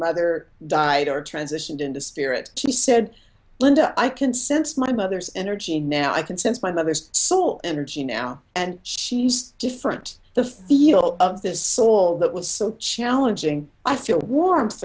mother died or transitioned into spirit she said linda i can sense my mother's energy now i can sense my mother is so energy now and she's different the feel of this soul that was so challenging i feel warmth